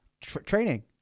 Training